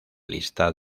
lista